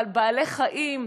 אבל בעלי החיים,